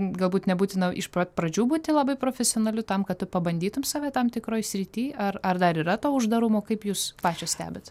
galbūt nebūtina iš pat pradžių būti labai profesionaliu tam kad pabandytum save tam tikroj srity ar ar dar yra to uždarumo kaip jūs pačios stebit